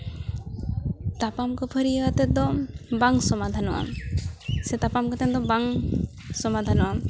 ᱛᱟᱯᱟᱢ ᱠᱷᱟᱹᱯᱟᱹᱨᱤᱭᱟᱹᱣ ᱠᱟᱛᱮᱫ ᱫᱚ ᱵᱟᱝ ᱥᱚᱢᱟᱫᱷᱟᱱᱚᱜᱼᱟ ᱥᱮ ᱛᱟᱯᱟᱢ ᱠᱟᱛᱮᱫ ᱫᱚ ᱵᱟᱝ ᱥᱚᱢᱟᱫᱷᱟᱱᱚᱜᱼᱟ